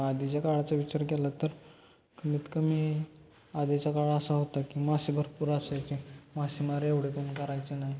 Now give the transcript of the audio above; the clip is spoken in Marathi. आधीच्या काळाचा विचार केला तर कमीत कमी आधीच्या काळ असा होता की मासे भरपूर असायचे मासेमारी एवढे कोण करायचे नाही